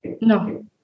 No